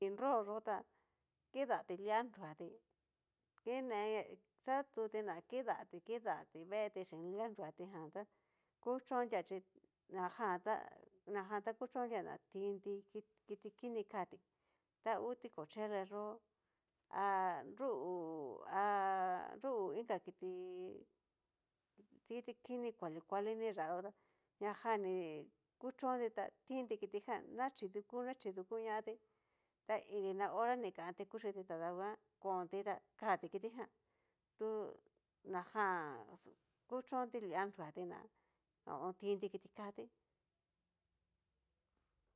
Tinro yó ta kidati lia nruati kine xaotuti na kidati kidati veeti chin lia nruati jan tá kuchontia chi najan tá najan ta kuchontia na tinti kiti kini katí, ta ngu tikoyele yó a nrugú, a nrugú kiti kini kuali kuali niyá yo ta ñajan ni kuchinti ta tinti kiti jan, ni xhiduku ni xhuduku ña ti ta inri na hota ni kanti kuchiti tada nguan konti ta kati kitijan, tu ñajan kuchonti lia nruti ná ho o on. tinti kiti katí.